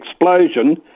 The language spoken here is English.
explosion